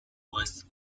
was